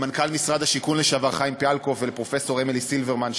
למנכ"ל משרד השיכון לשעבר חיים פיאלקוף ולפרופסור אמילי סילברמן,